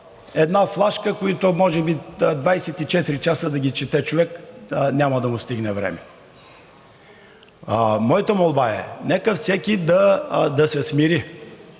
една флашка, които може би 24 часа да ги чете, човек няма да му стигне времето. Моята молба е – нека всеки да се смири.